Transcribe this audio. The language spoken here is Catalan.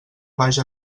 vaja